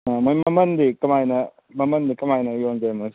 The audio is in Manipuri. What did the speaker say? ꯑꯥ ꯃꯣꯏ ꯃꯃꯟꯗꯤ ꯀꯃꯥꯏꯅ ꯃꯃꯟꯗꯤ ꯀꯃꯥꯏꯅ ꯌꯣꯟꯒꯦ ꯃꯣꯏꯁꯦ